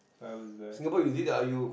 so I was uh